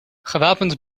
gewapend